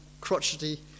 crotchety